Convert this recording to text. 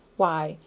why,